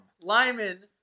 Lyman